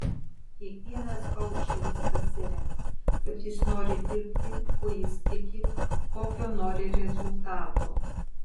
kiekvienas koučeris pasirenka kaip jis nori dirbti kuo jis tiki kokio nori rezultato